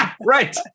Right